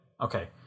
Okay